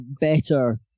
better